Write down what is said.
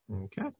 Okay